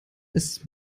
ist